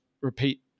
repeat